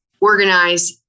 organize